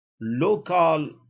local